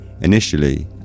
Initially